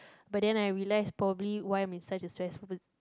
but then I relax probably why